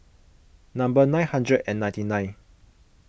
number nine hundred and ninety nine